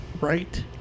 Right